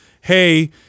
hey